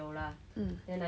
um